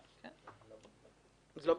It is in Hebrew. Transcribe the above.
לא בהכרח.